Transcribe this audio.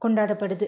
கொண்டாடப்படுது